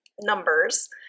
numbers